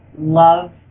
love